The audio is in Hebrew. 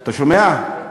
אתה שומע?